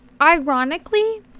ironically